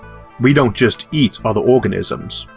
we don't just eat other organisms,